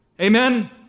Amen